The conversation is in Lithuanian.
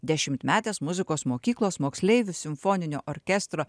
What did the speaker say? dešimtmetės muzikos mokyklos moksleivių simfoninio orkestro